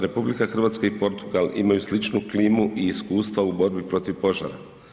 RH i Portugal imaju sličnu klimu i iskustva u borbi protiv požara.